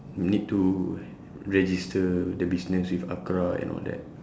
you need to register the business with ACRA and all that